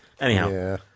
anyhow